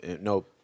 No